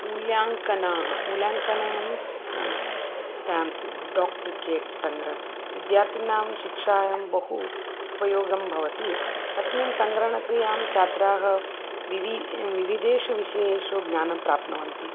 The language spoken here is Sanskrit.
मूल्याङ्कनं मूल्याङ्कनं मिन्स् स्टेम्प्स् डोक् टिकेट् सङ्ग्रहं विद्यार्थिनां शिक्षायां बहु उपयोगं भवति अस्मिन् सङ्ग्रहणक्रियायां छात्राः विविध विविधदेशविषयेषु ज्ञानं प्राप्नुवन्ति